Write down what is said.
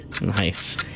Nice